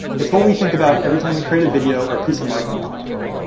it's what we think about every time we create a video or piece of marketing collateral,